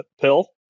pill